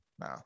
No